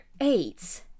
AIDS